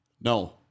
No